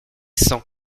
sans